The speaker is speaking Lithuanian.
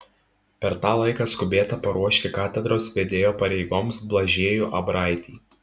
per tą laiką skubėta paruošti katedros vedėjo pareigoms blažiejų abraitį